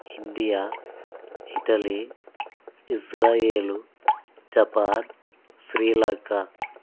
India Italy Israel Japan Sri Lanka